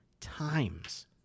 times